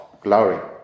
glory